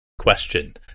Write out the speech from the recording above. question